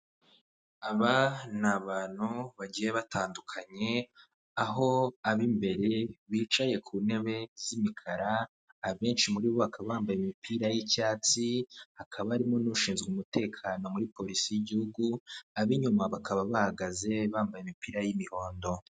Aba ni abantu bagiye batandukanye, aho abimbere bicaye ku ntebe z'imikara abenshi muri bo bakaba bambaye impira y'icyatsi. Hakaba harimo n'ushInzwe umutekeno muri polIsi y'igihugu abinyuma bakaba bahagaze bambaye imipira y'umuhondo.